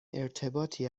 ارتباطی